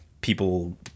people